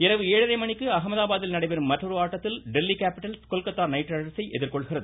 இரவு ஏழரை மணிக்கு அகமதாபாத்தில் நடைபெறும் மற்றொரு ஆட்டத்தில் டெல்லி கேப்பிட்டல்ஸ் கொல்கத்தா நைட்ரைடர்ஸை எதிர்கொள்கிறது